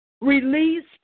released